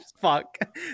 fuck